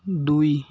ଦୁଇ